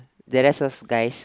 the rest was guys